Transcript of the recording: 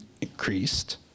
increased